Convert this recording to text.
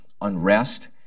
unrest